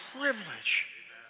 privilege